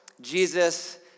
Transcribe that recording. Jesus